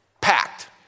packed